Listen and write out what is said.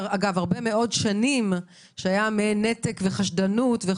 הרבה מאוד שנים שהיה מעין נתק וחשדנות.